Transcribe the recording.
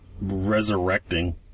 resurrecting